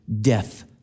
death